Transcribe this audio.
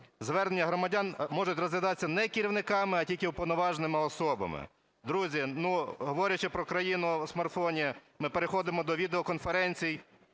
звернення громадян можуть розглядатися не керівниками, а тільки уповноваженими особами. Друзі, говорячи про "країну в смартфоні", ми переходимо до відеоконференцій